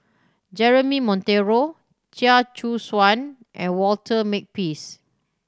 Jeremy Monteiro Chia Choo Suan and Walter Makepeace